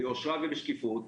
ביושרה ובשקיפות.